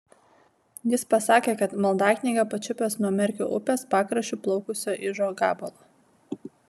jis pasakė kad maldaknygę pačiupęs nuo merkio upės pakraščiu plaukusio ižo gabalo